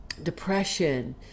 depression